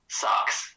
sucks